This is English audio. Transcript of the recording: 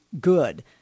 good